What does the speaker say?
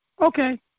Okay